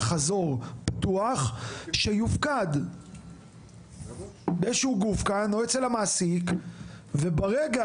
חזור פתוח שיופקד באיזשהו גוף כאן או אצל המעסיק וברגע